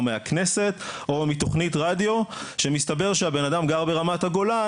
מהכנסת או מתכנית רדיו שמסתבר שהבן אדם גר ברמת הגולן